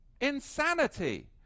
Insanity